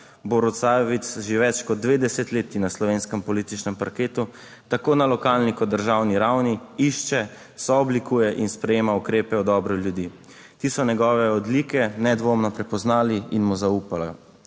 Borut Sajovic že več kot dve desetletji na slovenskem političnem parketu tako na lokalni kot državni ravni išče, sooblikuje in sprejema ukrepe v dobro ljudi. Ti so njegove odlike nedvomno prepoznali in mu zaupajo.